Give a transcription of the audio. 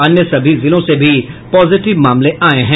अन्य सभी जिलों से भी पॉजिटिव मामले आये हैं